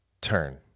Turn